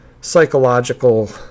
psychological